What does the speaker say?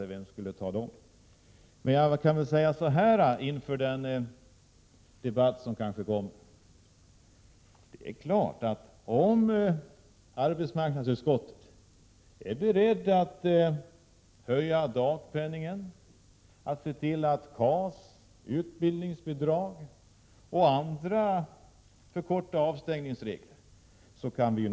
Men inför den debatt som kanske kommer, vill jag säga att det är klart att vi om arbetsmarknadsutskot — Prot. 1987/88:99 tet är berett att höja dagpenningen och förkorta avstängningsregler beträf 13 april 1988 fande KAS och utbildningsbidrag etc.